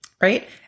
right